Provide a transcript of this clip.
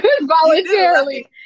voluntarily